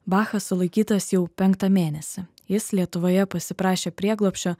bacha sulaikytas jau penktą mėnesį jis lietuvoje pasiprašė prieglobsčio